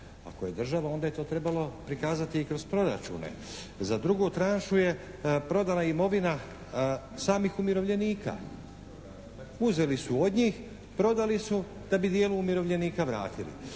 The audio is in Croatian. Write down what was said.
Ako je država onda je to trebalo prikazati i kroz proračune. Za drugu tranšu je prodana imovina samih umirovljenika. Uzeli su od njih, prodali su da bi dijelu umirovljenika vratili.